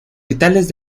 vitales